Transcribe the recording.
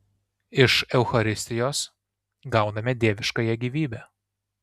iš eucharistijos gauname dieviškąją gyvybę